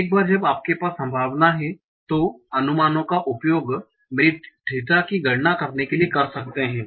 एक बार जब आपके पास संभावना हैं तो अनुमानो का उपयोग मेरी थीटा की गणना करने के लिए कर सकते हैं